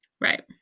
right